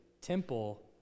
temple